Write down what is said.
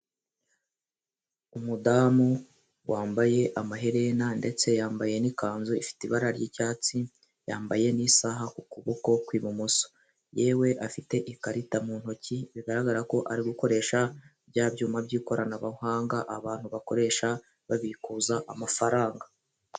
Umudamu wambaye amaherena, ndetse yambaye n'ikanzu ifite ibara ry'icyatsi, yambaye n'isaha ku kuboko kw'ibumoso, yewe afite ikarita mu ntoki bigaragara ko ari gukoresha bya byuma by'ikoranabuhanga, abantu bakoresha babikuza amafaranga.